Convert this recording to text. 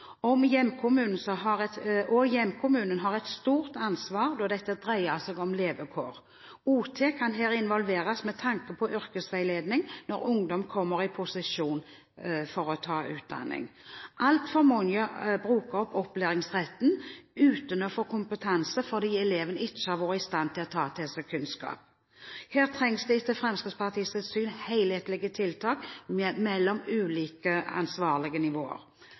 om å tette igjen hull fra ungdomsskolen. Her er samarbeid stikkord. Også hjemkommunen har et stort ansvar, da dette dreier seg om levekår. OT kan her involveres med tanke på yrkesveiledning når ungdommen kommer i posisjon for å ta utdanning. Altfor mange bruker opp opplæringsretten uten å få kompetanse, fordi eleven ikke har vært i stand til å ta til seg kunnskap. Her trengs det etter Fremskrittspartiets syn helhetlige tiltak mellom ulike ansvarlige nivåer.